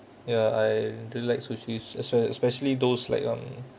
ya I do like sushi spe~ especially those like um